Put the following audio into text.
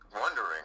wondering